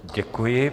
Děkuji.